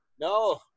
No